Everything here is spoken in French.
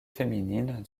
féminine